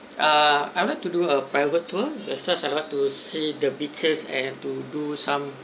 uh I like to do a private tour as such I would like to see the beaches and to do some